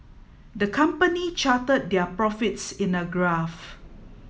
the company charted their profits in a graph